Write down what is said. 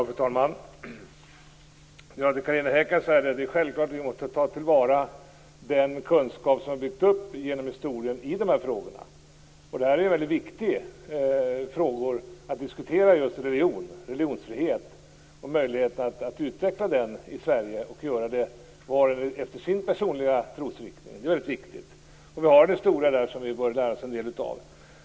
Fru talman! Till Carina Hägg kan jag säga att det är självklart att vi måste ta till vara den kunskap som vi har byggt upp genom historien i de här frågorna. Det är ju väldigt viktiga frågor att diskutera just det här med religion och religionsfrihet och möjligheten att utveckla detta i Sverige - var och en efter sin personliga trosriktning. Det är väldigt viktigt. Där har vi en historia som vi bör lära oss en del av.